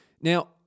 Now